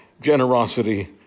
generosity